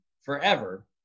forever